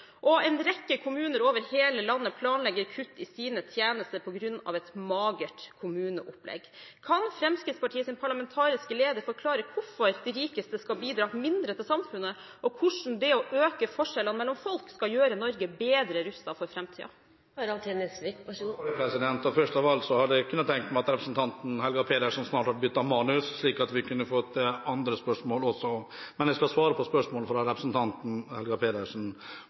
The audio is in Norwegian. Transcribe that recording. og en rekke kommuner over hele landet planlegger kutt i sine tjenester på grunn av et magert kommuneopplegg. Kan Fremskrittspartiets parlamentariske leder forklare hvorfor de rikeste skal bidra mindre til samfunnet, og hvordan det å øke forskjellene mellom folk skal gjøre Norge bedre rustet for framtiden? Først av alt hadde jeg kunnet tenke meg at representanten Helga Pedersen snart byttet manus, slik at vi kunne fått andre spørsmål også. Men jeg skal svare på spørsmålet fra representanten Helga Pedersen.